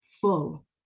full